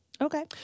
Okay